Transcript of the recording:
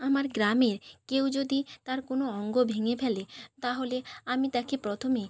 আমার গ্রামে কেউ যদি তার কোনো অঙ্গ ভেঙে ফেলে তাহলে আমি তাকে প্রথমে